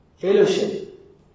Fellowship